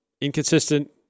inconsistent